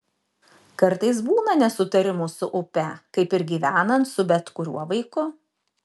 kartais būna nesutarimų su upe kaip ir gyvenant su bet kuriuo vaiku